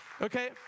Okay